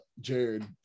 Jared